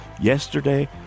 Yesterday